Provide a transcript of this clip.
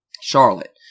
Charlotte